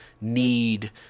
need